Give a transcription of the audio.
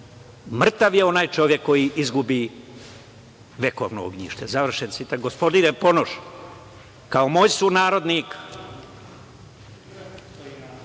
Mrtav je onaj čovek koji izgubio vekovno ognjište“, završen citat. Gospodine Ponoš, kao moj sunarodnik,